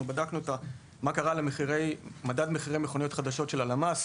אנחנו בדקנו מה קרה למדד מחירי מכוניות חדשות לפי הלמ"ס.